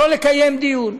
לא לקיים דיון.